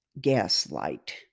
Gaslight